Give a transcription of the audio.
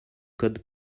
code